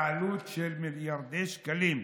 בעלות של מיליארדי שקלים.